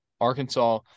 Arkansas